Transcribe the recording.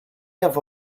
have